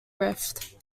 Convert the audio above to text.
rift